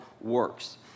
works